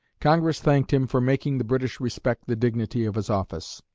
congress thanked him for making the british respect the dignity of his office.